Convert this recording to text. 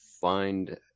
find